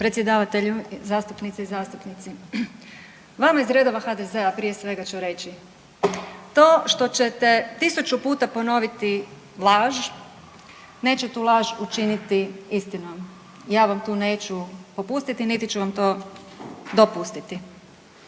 Predsjedavatelju, zastupnice i zastupnici. Vama iz redova HDZ-a prije svega ću reći, to što ćete tisuću puta ponoviti laž neće tu laž učiniti istinom, ja vam tu neću popustiti niti ću vam to dopustiti.